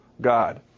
God